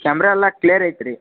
camera ಎಲ್ಲ clear ಐತಾ ರೀ